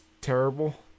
terrible